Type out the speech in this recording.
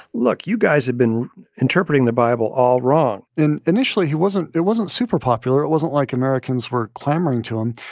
look. you guys have been interpreting the bible all wrong and initially, he wasn't it wasn't super popular. it wasn't like americans were clamoring to him,